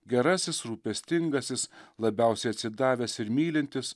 gerasis rūpestingasis labiausiai atsidavęs ir mylintis